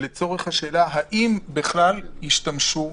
לצורך השאלה האם בכלל ישתמשו